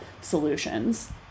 solutions